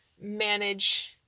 manage